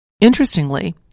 Interestingly